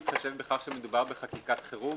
בהתחשב בכך שמדובר בחקיקת חירום,